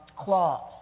clause